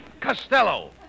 Costello